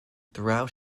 throughout